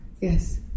yes